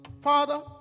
Father